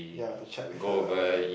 yeah to chat with her